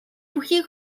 бүхий